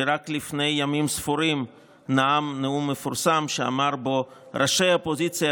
שרק לפני ימים ספורים נאם נאום מפורסם ובו אמר: "ראשי האופוזיציה,